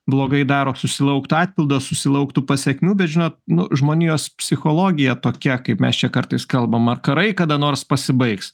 blogai daro susilauktų atpildo susilauktų pasekmių bet žinot nu žmonijos psichologija tokia kaip mes čia kartais kalbam ar karai kada nors pasibaigs